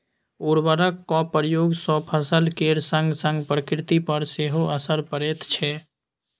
उर्वरकक उपयोग सँ फसल केर संगसंग प्रकृति पर सेहो असर पड़ैत छै